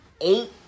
eight